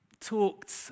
talked